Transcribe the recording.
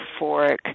euphoric